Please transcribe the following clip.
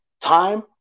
time